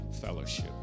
fellowship